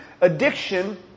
Addiction